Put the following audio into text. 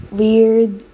weird